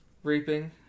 Reaping